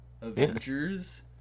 Avengers